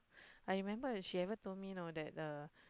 I remember she ever told me you know that uh